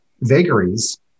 vagaries